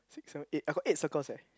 six seven eight I got eight circles eh